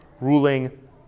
ruling